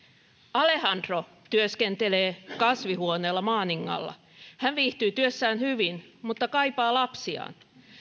alejandro työskentelee kasvihuoneella maaningalla hän viihtyy työssään hyvin mutta kaipaa lapsiaan